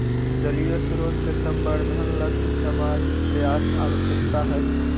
जलीय स्रोत के संवर्धन लगी सामाजिक प्रयास आवश्कता हई